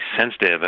sensitive